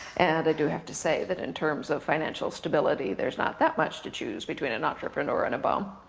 and i do have to say, that in terms of financial stability, there's not that much to choose between an entrepreneur and a bum.